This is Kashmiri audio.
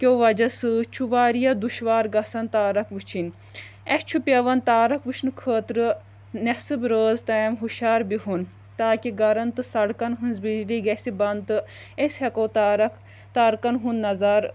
کیو وجہ سۭتۍ چھُ واریاہ دُشوار گژھان تارک وٕچھِنۍ اسہِ چھُ پٮ۪وان تارک وٕچھنہٕ خٲطرٕ نٮ۪صٕب رٲژ تام ہُشیار بِہُن تاکہِ گرن تہٕ سڑکن ہٕنٛز بجلی گژھِ بنٛد تہٕ أسۍ ہٮ۪کو تارک تارکن ہُنٛد نظارٕ